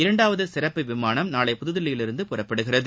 இரண்டாவது சிறப்பு விமானம் நாளை புதுதில்லியிலிருந்து புறப்படுகிறது